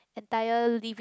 entire living